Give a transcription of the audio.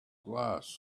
glass